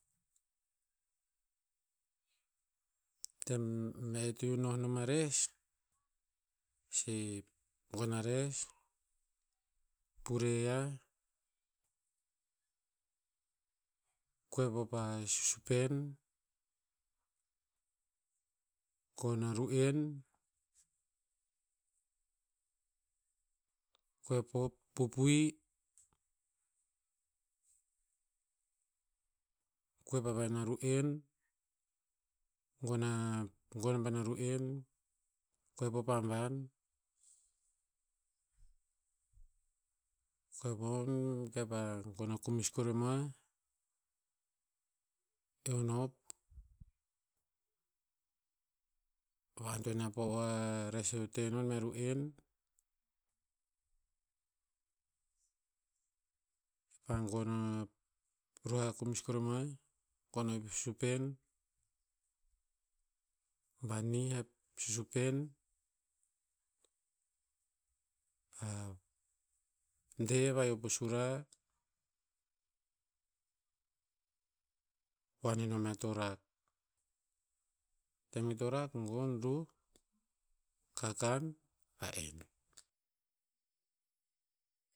Tem e e to iu noh nom a res, si gon a res, pure yah, koep hop pa susupen, gon a ru'en koep hop, pupui, koep hava in a ru'en, gon a- gon haban a ru'en, koep hop haban, koep hop, kepah gon a kumis koremoah, ion hop, va antoen ya po o a res to te non mea ru'en,, kepa gon a, ruh a kumis koremoah gon o ipip susupen, banih a susupen a. nde vaya po sura, huan inom ya to rak. Tem i to rak, gon roh kakan. ka en.